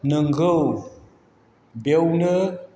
नंगौ बेयावनो